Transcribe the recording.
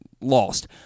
lost